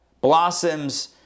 blossoms